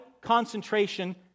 concentration